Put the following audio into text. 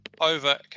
over